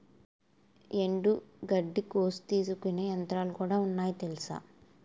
ఎండుగడ్డి కోసి తీసుకునే యంత్రాలుకూడా ఉన్నాయి తెలుసా?